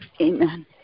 Amen